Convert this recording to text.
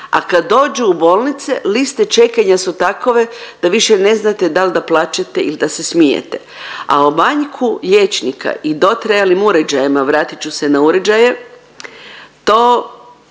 a kad dođu u bolnice liste čekanja su takove da više ne znate da li da plačete ili da se smijete, a o manjku liječnika i dotrajalim uređajima, vratit ću se na uređaje, to